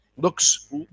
Looks